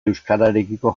euskararekiko